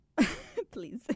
Please